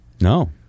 No